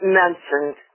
mentioned